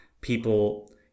people